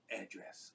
address